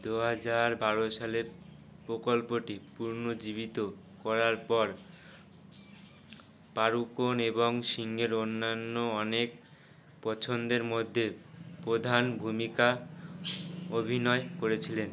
দু হাজার বারো সালে প্রকল্পটি পুনরুজ্জীবিত করার পর পাড়ুকোন এবং সিংহের অন্যান্য অনেক পছন্দের মধ্যে প্রধান ভূমিকা অভিনয় করেছিলেন